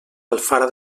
alfara